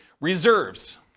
reserves